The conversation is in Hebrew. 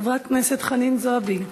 חברת הכנסת חנין זועבי,